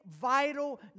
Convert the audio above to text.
vital